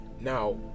now